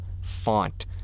Font